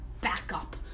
backup